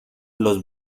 los